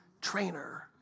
trainer